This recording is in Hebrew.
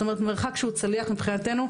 זאת אומרת ממרחק שהוא צליח מבחינתנו,